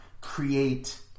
create